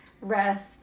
rest